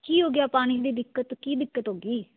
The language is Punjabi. ਕੀ ਹੋ ਗਿਆ ਪਾਣੀ ਦੀ ਦਿੱਕਤ ਕੀ ਦਿੱਕਤ ਹੋ ਗਈ